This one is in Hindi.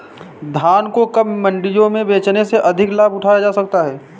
धान को कब मंडियों में बेचने से अधिक लाभ उठाया जा सकता है?